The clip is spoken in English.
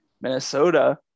Minnesota